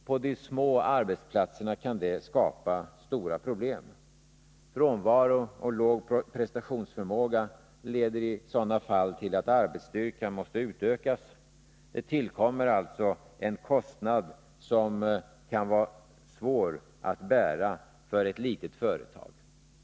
På de små arbetsplatserna kan det skapa stora problem. Frånvaro och låg prestationsförmåga leder i sådana fall till att arbetsstyrkan måste utökas. Det tillkommer alltså en kostnad som kan vara svår att bära för ett litet företag.